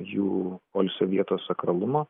jų poilsio vietos sakralumo